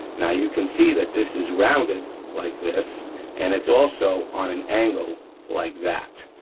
now you can see that this is rounded like this and it's also on an angle like that.